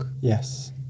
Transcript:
Yes